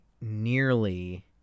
nearly